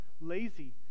lazy